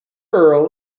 earl